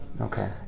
Okay